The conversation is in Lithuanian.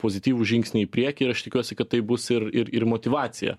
pozityvų žingsnį į priekį ir aš tikiuosi kad tai bus ir ir ir motyvacija